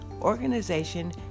organization